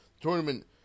tournament